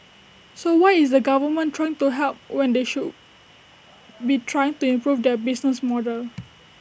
so why is the government trying to help when they should be trying to improve their business model